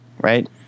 right